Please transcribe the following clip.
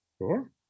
Sure